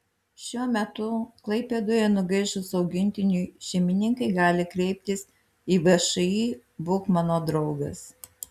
šiuo metu klaipėdoje nugaišus augintiniui šeimininkai gali kreiptis į všį būk mano draugas